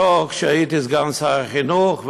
כשהייתי בשעתו סגן שר החינוך,